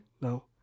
No